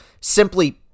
simply